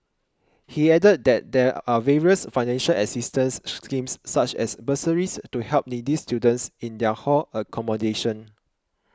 he added that there are various financial assistance schemes such as bursaries to help needy students in their hall accommodation